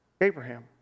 Abraham